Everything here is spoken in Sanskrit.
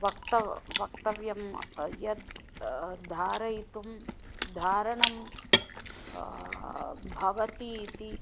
वक्त वक्तव्यं यद् धारयितुं धारणं भवति इति